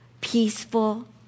peaceful